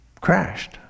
crashed